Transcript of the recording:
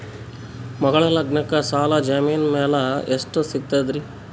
ಮಗಳ ಲಗ್ನಕ್ಕ ಸಾಲ ಜಮೀನ ಮ್ಯಾಲ ಎಷ್ಟ ಸಿಗ್ತದ್ರಿ?